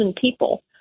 people